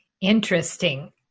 Interesting